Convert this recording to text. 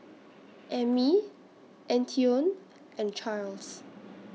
Emmie Antione and Charles